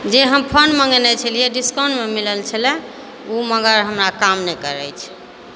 जे हम फोन मङ्गेने छलियै डिस्काउंटमे मिलल छलै उ मगर हमरा काम नहि करै छै